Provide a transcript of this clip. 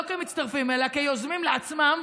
לא כמצטרפים אלא כיוזמים לעצמם,